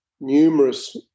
numerous